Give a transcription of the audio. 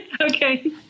Okay